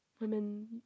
women